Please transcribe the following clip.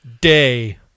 Day